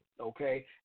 okay